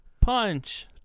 Punch